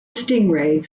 stingray